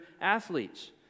athletes